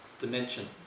dimension